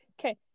okay